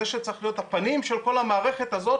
זה צריך להיות הפנים של כל המערכת הזאת,